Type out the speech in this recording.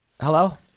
Hello